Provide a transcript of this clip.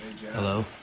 Hello